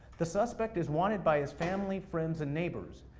the suspect is wanted by his family, friends, and neighbors.